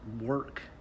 work